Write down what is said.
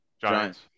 Giants